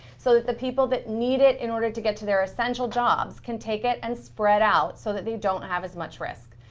so that the people that need it in order to get to their essential jobs can take it and spread out so that they don't have as much risk.